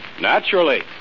Naturally